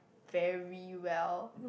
very well